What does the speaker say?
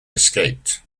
escaped